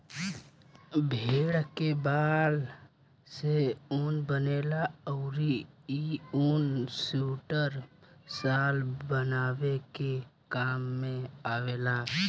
भेड़ के बाल से ऊन बनेला अउरी इ ऊन सुइटर, शाल बनावे के काम में आवेला